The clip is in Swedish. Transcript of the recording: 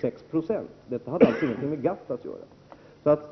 6 90 oberoende av GATT-förhandlingarna.